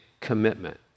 commitment